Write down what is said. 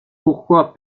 pourquoi